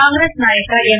ಕಾಂಗ್ರೆಸ್ ನಾಯಕ ಎಂ